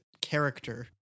character